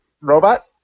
robot